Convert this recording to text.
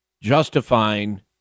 justifying